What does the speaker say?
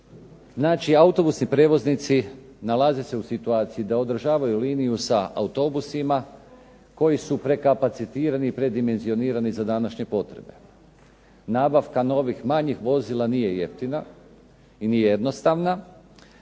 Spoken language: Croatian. Znači, autobusni prijevoznici nalaze se u situaciji da održavaju liniju sa autobusima koji su prekapacitirani, predimenzionirani za današnje potrebe. Nabavka novih manjih vozila nije jeftina i nije jednostavna,